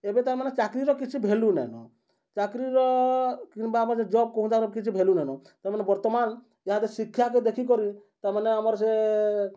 ଏବେ ତାମାନେ ଚାକ୍ରୀର କିଛି ଭାଲ୍ୟୁ ନାଇଁନ ଚାକ୍ରୀର କିମ୍ବା ଆମର୍ ଜବ୍ କହୁଛନ୍ତି କିଛି ଭାଲ୍ୟୁ ନାଇଁନ କାରଣ ବର୍ତ୍ତମାନ୍ ଇହାଦେ ଶିକ୍ଷାକେ ଦେଖିକରି ତାମାନେ ଆମର୍ ସେ